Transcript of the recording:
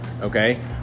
okay